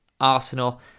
Arsenal